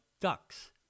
ducks